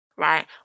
Right